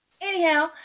Anyhow